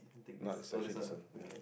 no it's actually this one ya